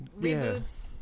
Reboots